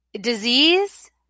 disease